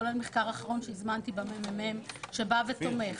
כולל מחקר אחרון שהזמנתי במרכז המחקר והמידע של הכנסת שתומך.